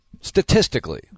Statistically